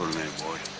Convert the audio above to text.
landlord,